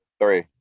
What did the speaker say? Three